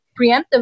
preemptive